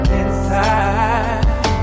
inside